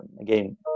Again